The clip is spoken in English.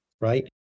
right